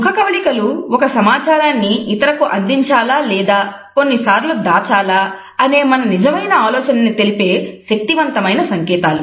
ముఖ కవళికలు ఒక సమాచారాన్ని ఇతరులకు అందించాల లేదా కొన్నిసార్లు దాచాల అనే మన నిజమైన ఆలోచనని తెలిపే శక్తివంతమైన సంకేతాలు